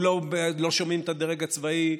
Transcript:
לא שומעים את הדרג הצבאי,